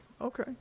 Okay